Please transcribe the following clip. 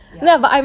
ya